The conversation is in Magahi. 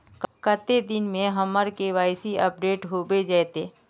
कते दिन में हमर के.वाई.सी अपडेट होबे जयते?